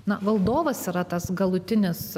na valdovas yra tas galutinis